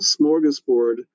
smorgasbord